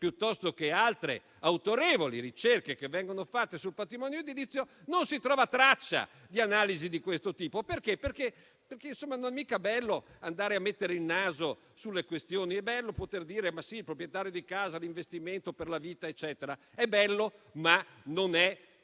Censis o altre autorevoli ricerche che vengono condotte sul patrimonio edilizio, non si trova traccia di analisi di questo tipo. Non è mica bello andare a mettere il naso sulle questioni, è bello poter dire che i proprietari di casa fanno un investimento per la vita. È bello, ma non è